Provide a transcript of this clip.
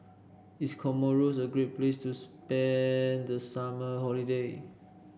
is Comoros a great place to spend the summer holiday